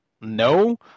no